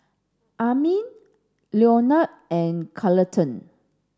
Amin Leonel and Carleton